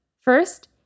First